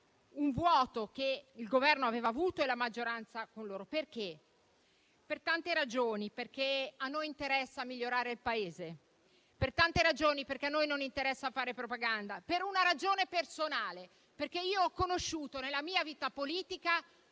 un vuoto che il Governo aveva avuto e la maggioranza con loro. Per tante ragioni, perché a noi interessa migliorare il Paese. Per tante ragioni, perché a noi non interessa fare propaganda. Per una ragione personale, perché io ho conosciuto, nella mia vita politica,